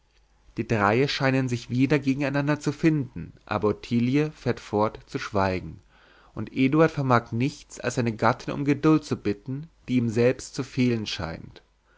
die dreie scheinen sich wieder gegeneinander zu finden aber ottilie fährt fort zu schweigen und eduard vermag nichts als seine gattin um geduld zu bitten die ihm selbst zu fehlen scheint